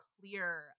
clear